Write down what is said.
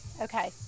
Okay